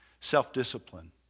self-discipline